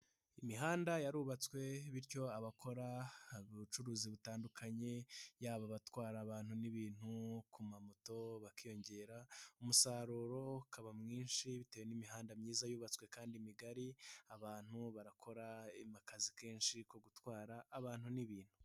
Imihanda yarubatswe bityo abakora ubucuruzi butandukanye, yaba abatwara abantu n'ibintu ku ma moto bakiyongera, umusaruro ukaba mwinshi bitewe n'imihanda myiza yubatswe kandi migari, abantu barakora akazi kenshi ko gutwara abantu n'ibintu.